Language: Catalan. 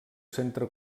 centre